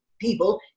people